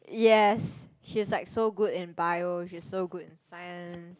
yes she is like so good in bio she's so good in science